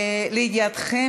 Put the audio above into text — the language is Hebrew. פנים והגנת הסביבה?